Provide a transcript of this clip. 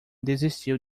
desistiu